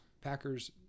Packers